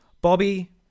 Bobby